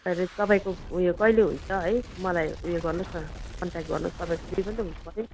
तर तपाईँको उयो कहिले हुन्छ है मलाई उयो गर्नुहोस् न कन्ट्याक्ट गर्नुहोस् तपाईँ फ्री पनि त हुनुपर्यो